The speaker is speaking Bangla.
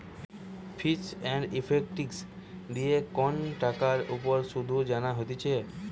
ফিচ এন্ড ইফেক্টিভ দিয়ে কন টাকার উপর শুধ জানা হতিছে